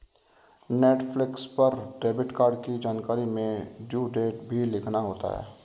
Netflix पर debit card की जानकारी में ड्यू डेट भी लिखना होता है